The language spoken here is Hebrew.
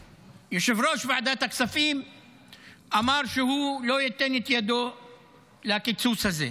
יושב-ראש ועדת הכספים אמר שהוא לא ייתן את ידו לקיצוץ הזה.